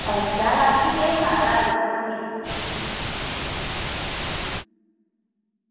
अच्छा रातीं केह् खलाया हा तुसें उसी